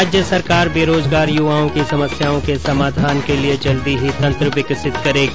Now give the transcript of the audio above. राज्य सरकार बेरोजगार युवाओं की समस्याओं के समाधान के लिए जल्दी ही तंत्र विकसित करेगी